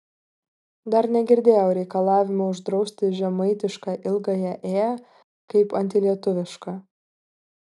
dar negirdėjau reikalavimo uždrausti žemaitišką ilgąją ė kaip antilietuvišką